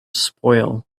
spoil